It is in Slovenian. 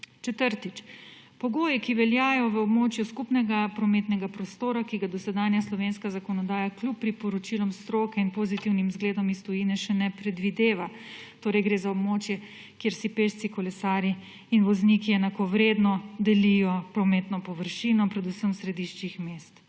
Četrtič, pogoji, ki veljajo v območju skupnega prometnega prostora, ki ga dosedanja slovenska zakonodaja kljub priporočilom stroke in pozitivnim zgledom iz tujine še ne predvideva; gre za območje, kjer si pešci, kolesarji in vozniki enakovredno delijo prometno površino, predvsem v središčih mest.